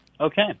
Okay